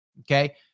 okay